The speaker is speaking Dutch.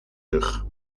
rug